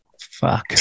Fuck